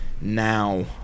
Now